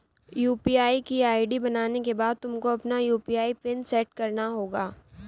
UPI की ID बनाने के बाद तुमको अपना यू.पी.आई पिन सैट करना होगा